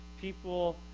people